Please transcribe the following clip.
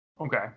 Okay